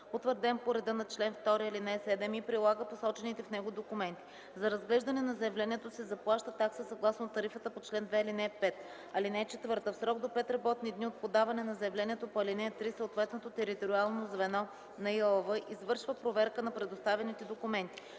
утвърден по реда на чл. 2, ал. 7 и прилага посочените в него документи. За разглеждане на заявлението се заплаща такса съгласно тарифата по чл. 2, ал. 5. (4) В срок до 5 работни дни от подаване на заявлението по ал. 3 съответното териториално звено (ТЗ) на ИАЛВ извършва проверка на представените документи.